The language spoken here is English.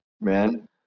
man